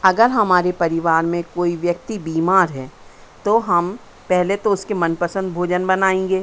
अगर हमारे परिवार में कोई व्यक्ति बीमार है तो हम पहले तो उसके मनपसंद भोजन बनाएँगे